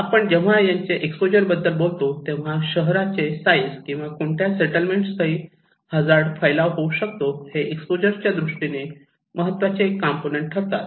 आपण जेव्हा यांचे एक्स्पोजर याबद्दल बोलतो तेव्हा शहराचे साइज किंवा कोणत्या सेटलमेंट स्थळी हजार्ड फैलाव होऊ शकते हे एक्सपोजर च्या दृष्टीने महत्त्वाचे कॉम्पोनन्ट्स ठरतात